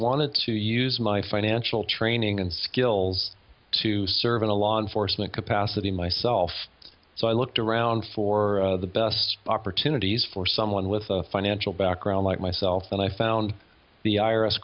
wanted to use my financial training and skills to serve in a law enforcement capacity myself so i looked around for the best opportunities for someone with a financial background like myself and i found the i